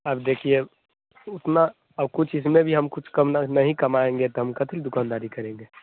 अब देखिए उतना अब कुछ इसमें भी हम कुछ कम द नहीं कमाएँगे तो हम कतरी दुकानदारी करेंगे